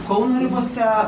kauno ribose